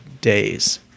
days